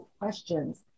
questions